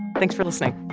thanks for listening